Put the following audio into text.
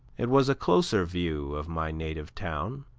it was a closer view of my native town.